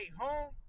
home